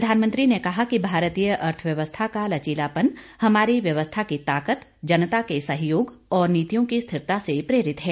प्रधानमंत्री ने कहा कि भारतीय अर्थव्यवस्था का लचीलापन हमारी व्यवस्था की ताकत जनता के सहयोग और नीतियों की स्थिरता से प्रेरित है